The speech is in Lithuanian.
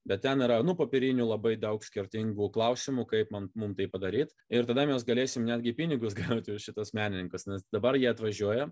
bet ten yra nu popierinių labai daug skirtingų klausimų kaip man mums tai padaryt ir tada mes galėsim netgi pinigus gauti už šituos menininkus nes dabar jie atvažiuoja